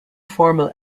formal